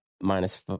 minus